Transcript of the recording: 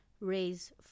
raise